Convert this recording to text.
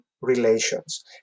relations